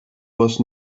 was